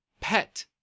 pet